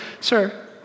sir